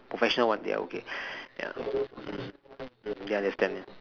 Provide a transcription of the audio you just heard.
professional ones they're okay ya mm mm ya understand